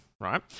right